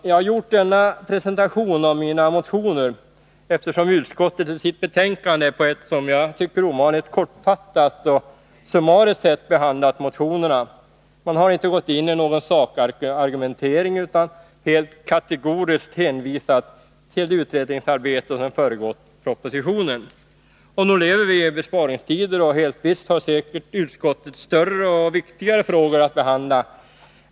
Jag har gjort denna presentation av mina motioner eftersom utskottet i sitt betänkande på ett, som jag tycker, ovanligt kortfattat och summariskt sätt har behandlat motionerna. Man har inte gått in i någon sakargumentering utan har helt kategoriskt hänvisat till det utredningsarbete som föregått propositionen. Nog lever vi i besparingstider, och helt visst har utskottet större och 143 viktigare frågor att behandla.